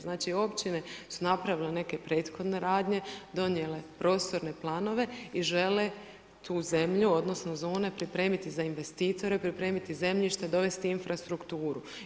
Znači, općine su napravile neke prethodne radnje, donijele prostorne planove i žele tu zemlju, odnosno, zone pripremiti za investitore, pripremiti zemljište dovesti infrastrukturu.